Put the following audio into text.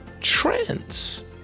trends